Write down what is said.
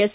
S